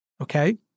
okay